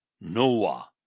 Noah